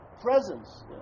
presence